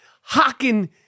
hocking